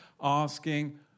asking